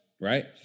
right